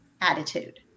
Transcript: attitude